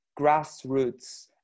grassroots